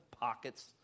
pockets